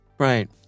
Right